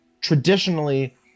traditionally